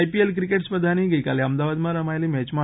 IPL cricket સ્પર્ધાની ગઈકાલે અમદાવાદમાં રમાયેલી મેચમાં